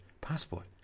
passport